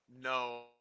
No